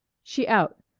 she out.